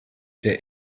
der